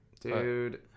Dude